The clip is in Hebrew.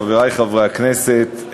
חברי חברי הכנסת,